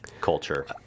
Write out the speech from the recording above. culture